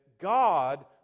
God